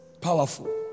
Powerful